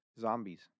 zombies